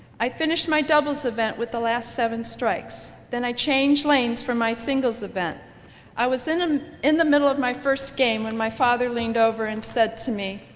i finished my doubles event with the last seven strikes, then i changed lanes for my singles event i was in a um in the middle of my first game when my father leaned over and said to me,